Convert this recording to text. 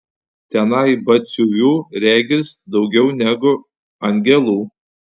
tenai batsiuvių regis daugiau negu angelų